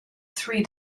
three